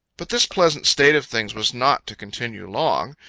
but this pleasant state of things was not to continue long.